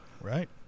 Right